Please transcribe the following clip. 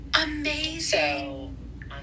Amazing